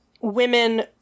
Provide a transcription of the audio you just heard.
women